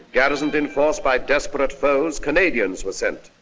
garrisoned in force by desperate foes, canadians were sent.